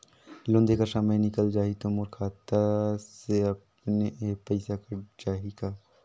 Loan देहे कर समय निकल जाही तो मोर खाता से अपने एप्प पइसा कट जाही का?